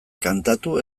kantatu